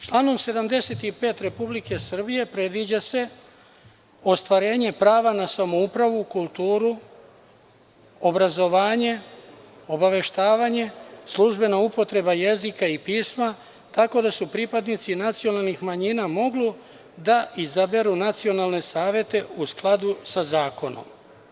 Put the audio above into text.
Članom 75. predviđa se ostvarenje prava na samoupravu, kulturu, obrazovanje, obaveštavanje, službena upotreba jezika i pisma, tako da su pripadnici nacionalnih manjina mogli da izabere nacionalne savete u skladu sa zakonom.